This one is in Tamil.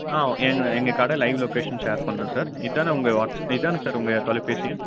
ஆ எங் எங்கக் கடை லைவ் லொக்கேஷன் ஷேர் பண்ணுறேன் சார் இதான உங்கள் வாட்ஸ் இதான சார் உங்கள் தொலைப்பேசி எண்